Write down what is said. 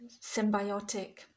symbiotic